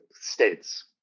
states